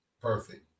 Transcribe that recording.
perfect